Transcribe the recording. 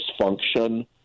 dysfunction